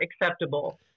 acceptable